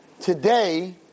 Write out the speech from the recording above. today